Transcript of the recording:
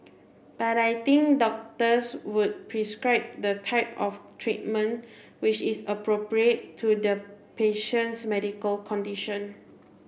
but I think doctors would prescribe the type of treatment which is appropriate to the patient's medical condition